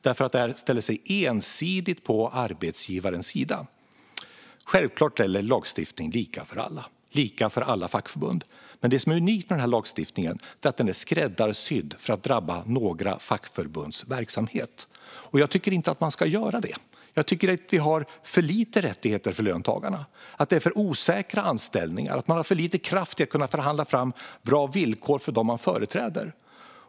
Det här ställer sig ensidigt på arbetsgivarens sida. Självklart gäller lagstiftningen lika för alla - lika för alla fackförbund. Men det som är unikt med den här lagstiftningen är att den är skräddarsydd för att drabba några fackförbunds verksamhet. Jag tycker inte att vi ska göra så. Jag tycker att vi har för lite rättigheter för löntagarna, att det är för osäkra anställningar och att man har för lite kraft att kunna förhandla fram bra villkor för dem man företräder.